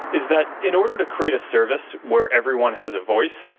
is that in order to create a service where everyone has a voice,